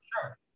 Sure